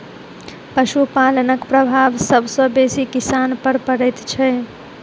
पशुपालनक प्रभाव सभ सॅ बेसी किसान पर पड़ैत छै